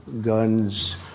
guns